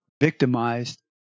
victimized